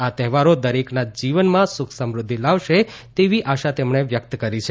આ તહેવારો દરેકના જીવનમાં સુખ સમૃદ્ધિ આવશે તેવી આશા પણ તેમણે વ્યક્ત કરી છે